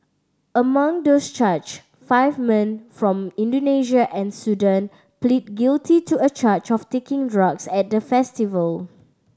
among those charged five men from Indonesia and Sudan pleaded guilty to a charge of taking drugs at the festival